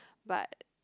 but